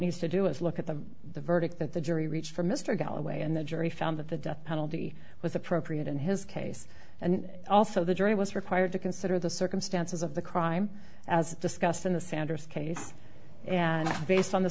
needs to do is look at the verdict that the jury reached for mr galloway and the jury found that the death penalty was appropriate in his case and also the jury was required to consider the circumstances of the crime as discussed in the sounders case and based on the